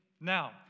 now